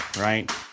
Right